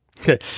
Okay